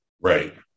Right